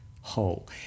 whole